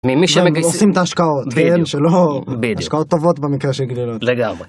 הם עושים את ההשקעות, ואין שלא השקעות טובות במקרה של גלילות. לגמרי